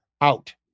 out